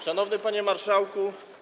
Szanowny Panie Marszałku!